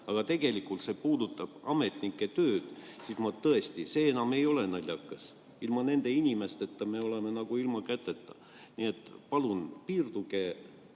tegelikult ametnike tööd, siis no tõesti, see enam ei ole naljakas. Ilma nende inimesteta me oleme nagu ilma käteta. Nii et palun piirduge